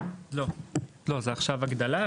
לא, זה עכשיו הגדלה.